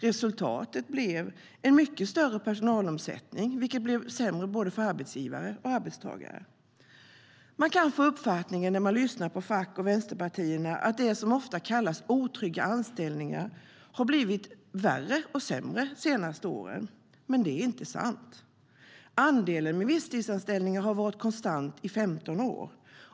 Resultatet blev en mycket större personalomsättning, vilket blev sämre både för arbetsgivare och för arbetstagare. Man kan få uppfattningen när man lyssnar på fack och vänsterpartierna att det som ofta kallas otrygga anställningar har blivit värre och sämre de senaste åren, men det är inte sant. Andelen visstidsanställningar har varit konstant i 15 år.